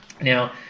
Now